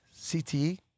CTE